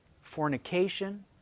fornication